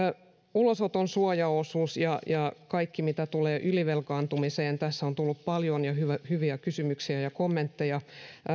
ulosoton suojaosuus ja ja kaikki mitä tulee ylivelkaantumiseen tässä on tullut paljon ja hyviä kysymyksiä ja ja kommentteja